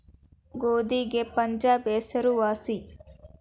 ಗೋಧಿಗೆ ಪಂಜಾಬ್ ಹೆಸರು ವಾಸಿ